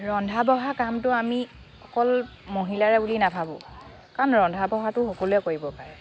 ৰন্ধা বঢ়া কামটো আমি অকল মহিলাৰে বুলি নাভাবোঁ কাৰণ ৰন্ধা বঢ়াটো সকলোৱে কৰিব পাৰে